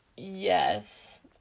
Yes